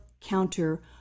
Counter